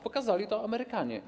Pokazali to Amerykanie.